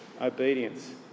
obedience